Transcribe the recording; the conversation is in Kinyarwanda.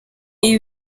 ibi